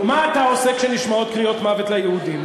ומה אתה עושה כשנשמעות קריאות "מוות ליהודים"?